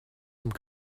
some